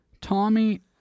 Tommy